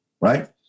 right